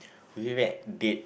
do you have date